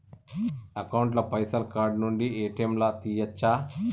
Account ల పైసల్ card నుండి ఏ.టి.ఎమ్ లా తియ్యచ్చా?